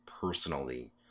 personally